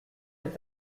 est